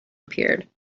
appeared